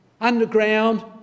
underground